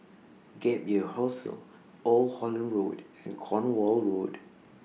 Gap Year Hostel Old Holland Road and Cornwall Road